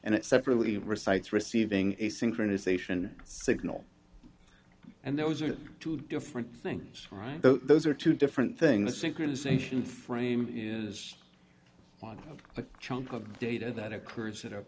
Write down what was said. and it separately recites receiving a synchronization signal and those are two different things right so those are two different things synchronization frame is one of a chunk of data that